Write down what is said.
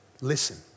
Listen